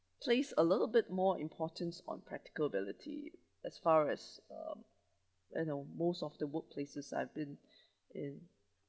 place a little bit more importance on practical ability as far as um you know most of the work places I've been in